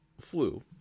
flu